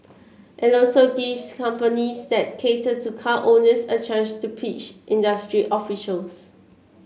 it also gives companies that cater to car owners a chance to pitch industry officials